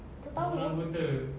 tak tahu ah